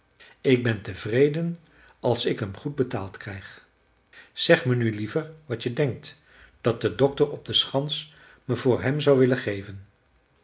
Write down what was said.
ik ben tevreden als ik hem goed betaald krijg zeg me nu liever wat je denkt dat de dokter op de schans me voor hem zou willen geven